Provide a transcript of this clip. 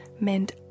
meant